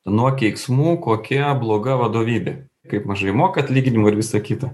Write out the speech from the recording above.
nuo keiksmų kokia bloga vadovybė kaip mažai moka atlyginimo ir visa kita